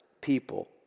people